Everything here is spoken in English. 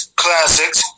classics